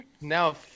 now